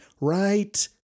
right